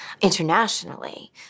internationally